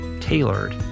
tailored